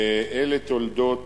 אלה תולדות